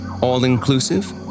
All-inclusive